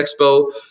expo